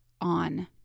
on